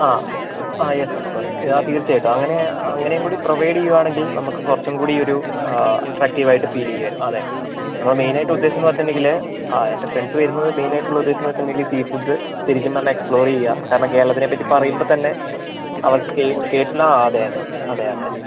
ആ ആ yes of course ആ തീർച്ചയായിട്ടും അങ്ങനെ അങ്ങനേയും കൂടി പ്രൊവൈഡ് ചെയ്യുകയാണെങ്കിൽ നമ്മൾക്ക് കുറച്ചും കൂടിയൊരു അട്രാക്ടീവ് ആയിട്ട് ഫീല് ചെയ്യുമായിരുന്നു അതെ ഇപ്പോൾ മെയിനായിട്ട് ഉദേശം വച്ചിട്ടുണ്ടെങ്കിൽ ആ എൻ്റെ ഫ്രണ്ട്സ് വരുന്നത് മെയിനായിട്ടുള്ള ഉദേശം വച്ചിട്ടുണ്ടെങ്കിൽ സീ ഫുഡ്ഡ്സ് ശരിക്കും പറഞ്ഞാൽ എക്സ്പ്ലോറ് ചെയ്യുക കാരണം കേരളത്തിനെപ്പറ്റി പറയുമ്പോൾ തന്നെ അവർക്ക് കേട്ടിട്ടുള്ള അതെ അതെ അതെ അതെ അതെ